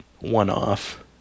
one-off